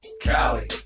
Cali